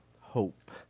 hope